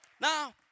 Now